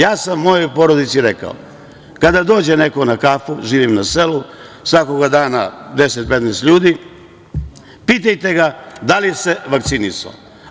Ja sam mojoj porodici rekao da kada dođe neko na kafu, živim na selu, svakoga dana 10-15 ljudi, pita da li se vakcinisao.